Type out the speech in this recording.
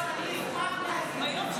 אני אשמח להגיב.